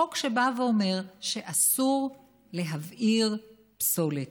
חוק שבא ואומר שאסור להבעיר פסולת.